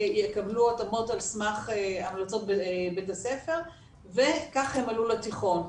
יקבלו התאמות על סמך המלצות בית הספר וכך הם עלו לתיכון,